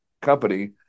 company